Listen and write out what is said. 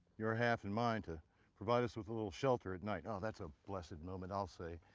your half and mine to provide us with a little shelter at night now that's a blessed moment, i'll say.